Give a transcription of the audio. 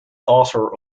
author